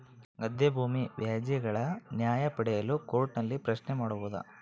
ಗದ್ದೆ ಭೂಮಿ ವ್ಯಾಜ್ಯಗಳ ನ್ಯಾಯ ಪಡೆಯಲು ಕೋರ್ಟ್ ನಲ್ಲಿ ಪ್ರಶ್ನೆ ಮಾಡಬಹುದಾ?